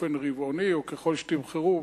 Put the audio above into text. באופן רבעוני או ככל שתבחרו,